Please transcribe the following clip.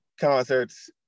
concerts